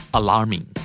alarming